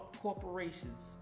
corporations